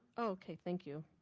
okay, thank you.